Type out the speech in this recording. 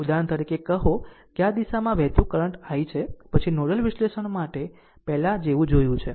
ઉદાહરણ તરીકે કહો કે આ દિશામાં વહેતું કરંટ i છે પછી નોડલ વિશ્લેષણ માટે પહેલા જેવું જોયું છે